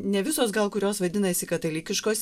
ne visos gal kurios vadinasi katalikiškos